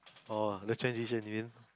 oh the transition you mean